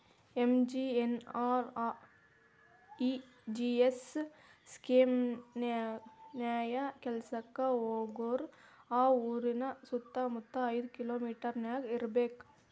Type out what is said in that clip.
MGNREGS scheme ನ್ಯಾಯ ಕೆಲ್ಸಕ್ಕ ಹೋಗೋರು ಆ ಊರಿನ ಸುತ್ತಮುತ್ತ ಐದ್ ಕಿಲೋಮಿಟರನ್ಯಾಗ ಇರ್ಬೆಕ್